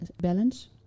balance